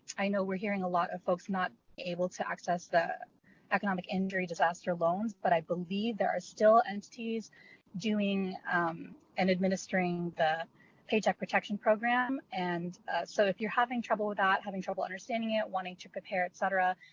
i know we are hearing a lot of folks not able to access the economic injury disaster loans, but i believe there are still entities doing and administering the paycheck protection program, and so if you are having trouble with that, having trouble understanding it, wanting to prepare, et cetera,